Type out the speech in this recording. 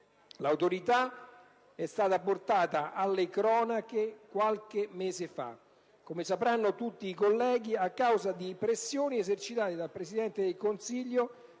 L'Autorità è stata portata alle cronache qualche mese fa, come sapranno tutti i colleghi, a causa di pressioni esercitate dal Presidente del Consiglio